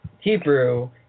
Hebrew